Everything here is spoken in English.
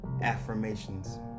Affirmations